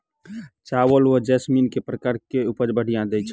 चावल म जैसमिन केँ प्रकार कऽ उपज बढ़िया दैय छै?